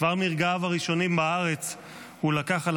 כבר מרגעיו הראשונים בארץ הוא לקח על